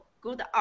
good